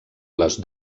les